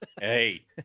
Hey